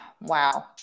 wow